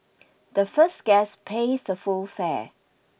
the first guest pays the full fare